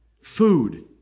Food